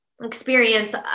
experience